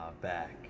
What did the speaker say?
back